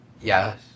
Yes